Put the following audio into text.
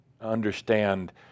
understand